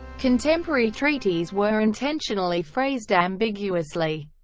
contemporary treaties were intentionally phrased ambiguously.